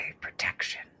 protection